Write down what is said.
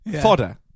fodder